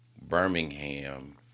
Birmingham